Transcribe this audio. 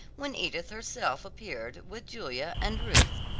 when edith herself appeared, with julia and ruth.